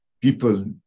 people